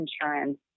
insurance